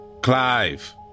Clive